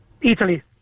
Italy